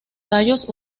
tallos